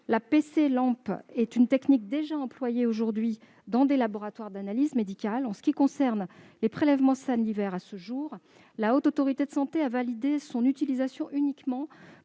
La RT-LAMP est une technique déjà employée aujourd'hui dans des laboratoires d'analyses médicales. En ce qui concerne les prélèvements salivaires, la Haute Autorité de santé a, à ce jour, validé son utilisation uniquement